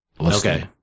Okay